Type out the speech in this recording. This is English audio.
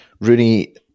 Rooney